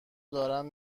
دارن